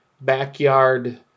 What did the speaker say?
backyard